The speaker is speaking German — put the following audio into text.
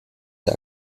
der